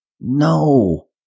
No